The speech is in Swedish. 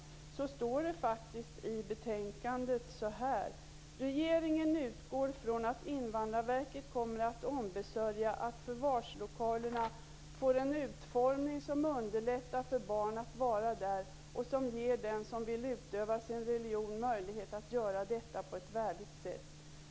Det står faktiskt så här i betänkandet: Regeringen utgår från att Invandrarverket kommer att ombesörja att förvarslokalerna får en utformning som underlättar för barn att vara där och som ger den som vill utöva sin religion möjlighet att göra detta på ett värdigt sätt.